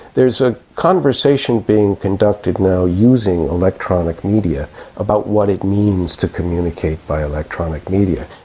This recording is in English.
there's a conversation being conducted now using electronic media about what it means to communicate by electronic media.